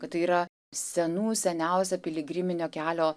kad yra senų seniausia piligriminio kelio